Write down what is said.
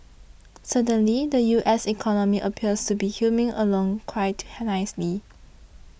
certainly the U S economy appears to be humming along quite her nicely